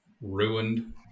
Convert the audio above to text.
ruined